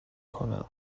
کنم